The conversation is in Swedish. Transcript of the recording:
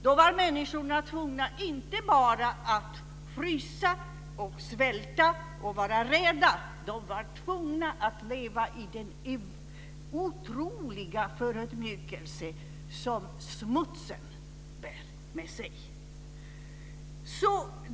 Då var människorna tvungna inte bara att frysa, svälta och vara rädda; de var också tvungna att leva i den otroliga förödmjukelse som smutsen bär med sig.